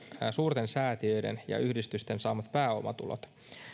suurten säätiöiden ja yhdistysten saamat pääomatulot